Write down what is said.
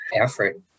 effort